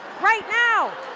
right now!